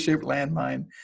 landmine